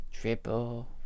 triple